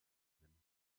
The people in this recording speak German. gewinnen